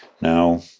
Now